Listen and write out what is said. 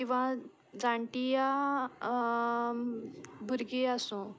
किंवां जाणटीं या भुरगीं आसूं